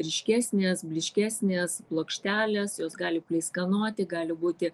ryškesnės blyškesnės plokštelės jos gali pleiskanoti gali būti